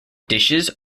dishes